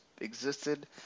existed